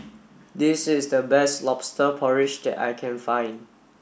this is the best lobster porridge that I can find